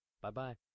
Bye-bye